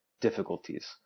difficulties